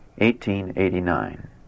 1889